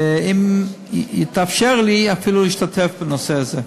ואם יתאפשר לי, אפילו להשתתף בנושא הזה.